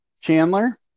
Chandler